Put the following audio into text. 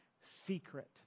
secret